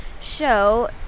show